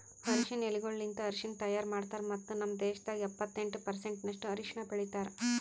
ಅರಶಿನ ಎಲಿಗೊಳಲಿಂತ್ ಅರಶಿನ ತೈಯಾರ್ ಮಾಡ್ತಾರ್ ಮತ್ತ ನಮ್ ದೇಶದಾಗ್ ಎಪ್ಪತ್ತೆಂಟು ಪರ್ಸೆಂಟಿನಷ್ಟು ಅರಶಿನ ಬೆಳಿತಾರ್